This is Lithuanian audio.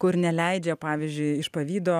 kur neleidžia pavyzdžiui iš pavydo